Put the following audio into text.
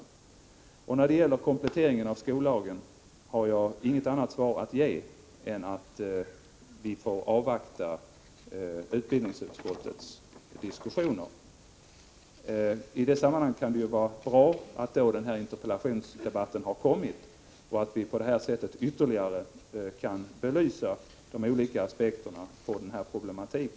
Beträffande en komplettering av skollagen har jag inget annat svar att ge än att vi får avvakta utbildningsutskottets diskussioner. I det sammanhanget kan det vara bra att den här interpellationsdebatten hållits och vi på det sättet ytterligare kan belysa de olika aspekterna på denna problematik.